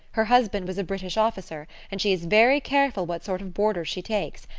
her husband was a british officer, and she is very careful what sort of boarders she takes.